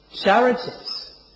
charities